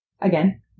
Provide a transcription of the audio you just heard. again